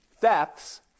thefts